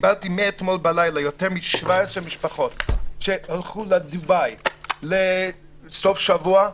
מאתמול בלילה קיבלתי יותר מ-17 משפחות שנסעו לדובאי לסוף שבוע.